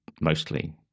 mostly